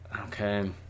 Okay